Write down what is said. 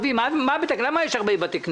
קבענו נוהל וזה נעשה יחד עם החברים בוועדה.